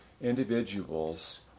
individuals